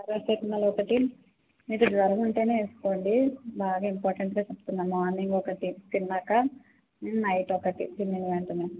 paracetamol ఒకటి మీకు జ్వరం ఉంటేనే వేసుకోండి బాగా ఇంపార్టెంట్గా చెప్తున్నాను మార్నింగ్ ఒకటి తిన్నాక నైట్ ఒకటి తినిన వెంటనే